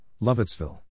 Lovettsville